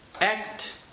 act